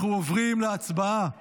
אנחנו עוברים להצבעה